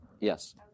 yes